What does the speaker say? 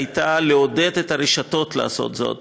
הייתה לעודד את הרשתות לעשות זאת,